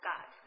God